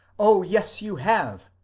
oh yes, you have,